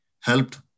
helped